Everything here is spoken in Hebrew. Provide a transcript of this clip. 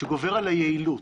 שגובר על היעילות.